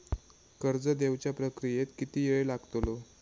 कर्ज देवच्या प्रक्रियेत किती येळ लागतलो?